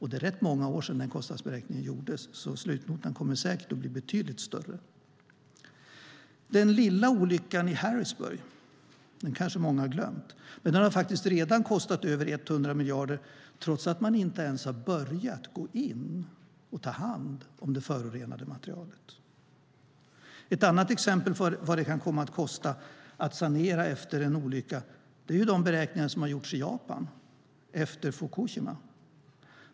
Det är rätt många år sedan den kostnadsberäkningen gjordes. Slutnotan kommer säkert att bli betydligt större. Den lilla olyckan i Harrisburg - den kanske många har glömt - har faktiskt redan kostat över 100 miljarder, trots att man inte ens har börjat gå in och ta hand om det förorenade materialet. Ett annat exempel på vad det kan komma att kosta att sanera efter en olycka är de beräkningar som har gjorts i Japan efter Fukushima.